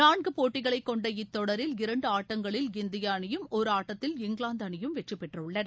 நான்கு போட்டிகளை கொண்ட இத் தொடரில் இரண்டு ஆட்டங்களில் இந்திய அணியும் ஒரு ஆட்டத்தில் இங்கிலாந்து அணியும் வெற்றி பெற்றுள்ளன